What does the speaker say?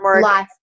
life